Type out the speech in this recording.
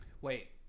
wait